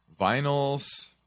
Vinyls